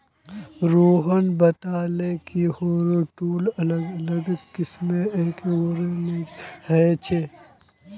रोहन बताले कि harrow tool अलग अलग किस्म एवं वजनेर ह छे